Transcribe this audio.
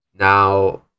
Now